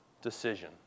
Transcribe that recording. decision